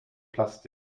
plastik